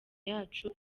yacu